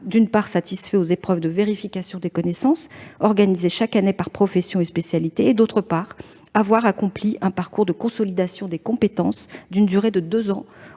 d'une part, satisfait aux épreuves de vérification des connaissances (EVC) organisées chaque année par profession et par spécialité, et, d'autre part, accompli un parcours de consolidation des compétences d'une durée de deux ans